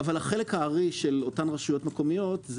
אבל החלק הארי של אותן רשויות מקומיות זה